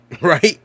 Right